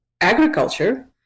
Agriculture